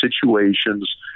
situations